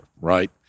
right